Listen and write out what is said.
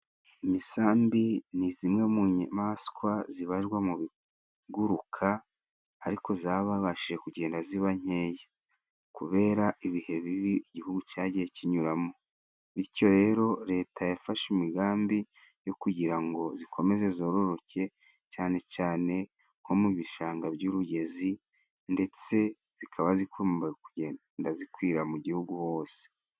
Imisambi ni zimwe mu nyamaswa zibarirwa mu biguruka ariko zababashije kugenda ziba nkeya kubera ibihe bibi igihugu cagiye kinyuramo. Bityo rero Leta yafashe imigambi yo kugira ngo zikomeze zororoke cane cane nko mu bishanga by'urugezi ndetse zikaba zigombaga kugenda zikwira mu gihugu hose.